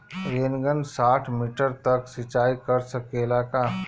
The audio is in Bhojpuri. रेनगन साठ मिटर तक सिचाई कर सकेला का?